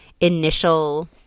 initial